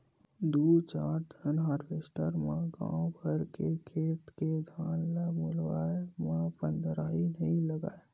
दू चार ठन हारवेस्टर म गाँव भर के खेत के धान ल लुवाए म पंदरही नइ लागय